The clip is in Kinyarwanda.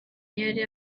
yari